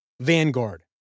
Vanguard